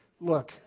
Look